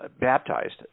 baptized